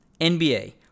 NBA